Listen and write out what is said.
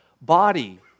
body